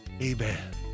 amen